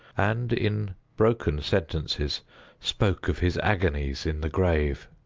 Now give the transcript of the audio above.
and, in broken sentences spoke of his agonies in the grave.